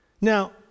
Now